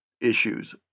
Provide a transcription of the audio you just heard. issues